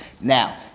Now